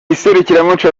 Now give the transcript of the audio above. iserukiramuco